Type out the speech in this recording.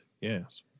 Yes